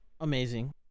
amazing